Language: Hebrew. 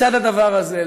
לצד הדבר הזה,